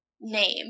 name